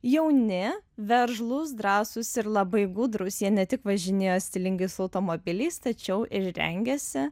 jauni veržlūs drąsūs ir labai gudrūs jie ne tik važinėjo stilingais automobiliais tačiau ir rengėsi